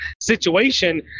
situation